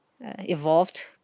evolved